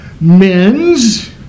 Men's